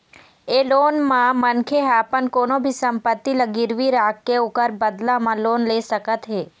ए loan म मनखे ह अपन कोनो भी संपत्ति ल गिरवी राखके ओखर बदला म लोन ले सकत हे